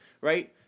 right